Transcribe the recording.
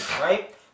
right